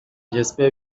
j’espère